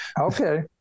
Okay